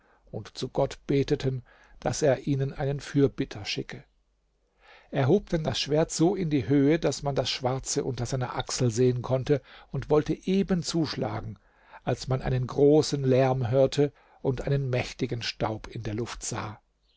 und zu gott beteten daß er ihnen einen fürbitter schicke er hob dann das schwert so in die höhe daß man das schwarze unter seiner achsel sehen konnte und wollte eben zuschlagen als man einen großen lärm hörte und einen mächtigen staub in der luft sah